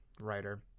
writer